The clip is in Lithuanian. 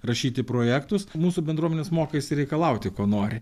rašyti projektus mūsų bendruomenės mokaisi reikalauti ko nori